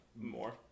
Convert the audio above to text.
more